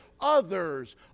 others